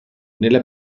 nella